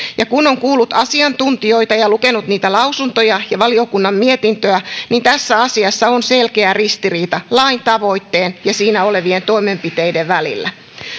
kun on kuullut asiantuntijoita ja lukenut niitä lausuntoja ja valiokunnan mietintöä niin tässä asiassa on selkeä ristiriita lain tavoitteen ja siinä olevien toimenpiteiden välillä